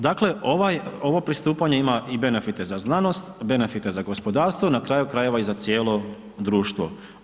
Dakle, ovaj, ovo pristupanje ima i benefite za znanost, benefite za gospodarstvo na kraju krajeva i za cijelo društvo.